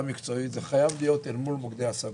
מקצועית זה חייב להיות אל מול מוקדי השמה.